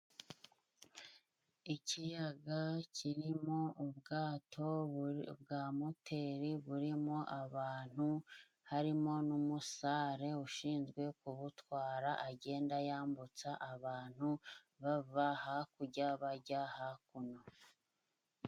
Ikiyaga kirimo ubwato bwa moteri burimo abantu, harimo n'umusare ushinzwe kubutwara agenda yambutsa abantu bava hakujya bajya hakuno.